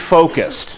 focused